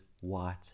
white